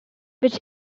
which